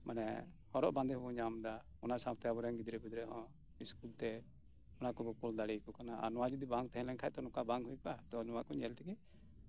ᱢᱟᱱᱮ ᱦᱚᱨᱚᱜ ᱵᱟᱸᱫᱮ ᱵᱚ ᱧᱟᱢ ᱫᱟ ᱚᱱᱟ ᱥᱟᱶᱛᱮ ᱟᱵᱚ ᱨᱮᱱ ᱜᱤᱫᱽᱨᱟᱹ ᱯᱤᱫᱽᱨᱟᱹ ᱦᱚᱸ ᱥᱠᱩᱞ ᱛᱮ ᱚᱱᱟ ᱠᱚᱵᱚ ᱠᱩᱞ ᱫᱟᱲᱮᱣ ᱠᱚ ᱠᱟᱱᱟ ᱟᱨ ᱱᱚᱣᱟ ᱡᱩᱫᱤ ᱵᱟᱝ ᱛᱟᱦᱮᱸ ᱞᱮᱱ ᱠᱷᱟᱱ ᱛᱚ ᱱᱚᱝᱠᱟ ᱵᱟᱝ ᱦᱩᱭ ᱠᱚᱜᱼᱟ ᱛᱚ ᱱᱚᱣᱟ ᱠᱚ ᱧᱮᱞ ᱛᱮᱜᱮ